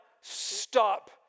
stop